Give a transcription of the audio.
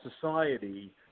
society